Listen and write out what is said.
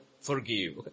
forgive